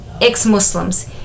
ex-Muslims